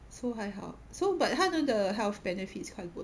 so 还好 so but 他们的 health benefits quite good